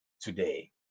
today